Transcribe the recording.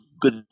good